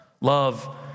love